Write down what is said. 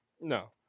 No